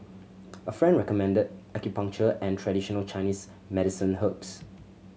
a friend recommended acupuncture and traditional Chinese medicine herbs